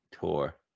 Tour